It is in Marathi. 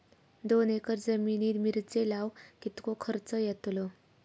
दोन एकर जमिनीत मिरचे लाऊक कितको खर्च यातलो?